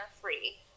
free